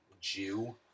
Jew